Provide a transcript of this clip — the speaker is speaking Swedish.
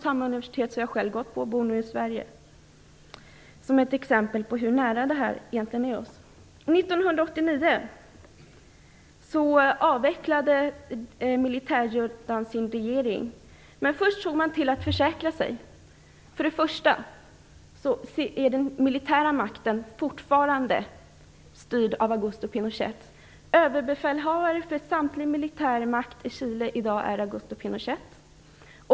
Detta nämner jag som ett exempel på hur nära detta är oss. År 1989 avvecklade militärjuntan sin regering, men först såg man till att försäkra sig: För det första ligger den militära makten fortfarande hos Augusto Pinochet, som i dag är överbefälhavare för samtlig militär makt i Chile.